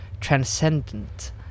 transcendent